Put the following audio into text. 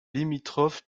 limitrophe